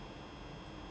mm